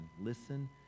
Listen